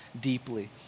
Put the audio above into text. deeply